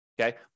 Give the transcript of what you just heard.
Okay